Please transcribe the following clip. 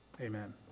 Amen